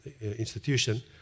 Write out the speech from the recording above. institution